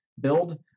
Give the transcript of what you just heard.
build